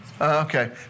Okay